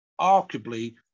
arguably